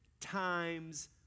times